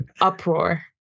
uproar